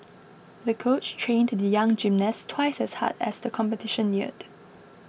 the coach trained the young gymnast twice as hard as the competition neared